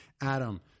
Adam